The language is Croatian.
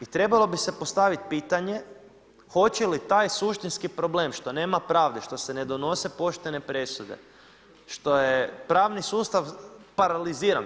I trebalo bi se postavit pitanje hoće li taj suštinski problem što nema pravde, što se ne donose poštene presude, što je pravni sustav paraliziran.